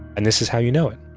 and this is how you know it